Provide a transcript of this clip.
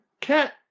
cat